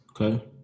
Okay